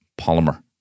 polymer